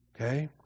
Okay